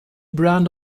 brand